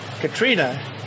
Katrina